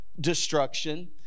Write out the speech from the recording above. destruction